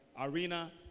arena